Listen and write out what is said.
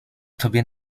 tobie